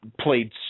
played